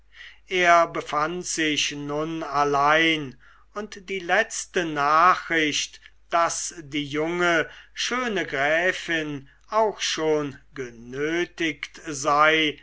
er befand sich nun allein und die letzte nachricht daß die junge schöne gräfin auch schon genötigt sei